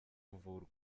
kuvurwa